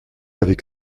avec